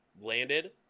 landed